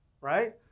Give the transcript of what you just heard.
right